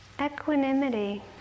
Equanimity